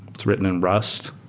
it's written in rust.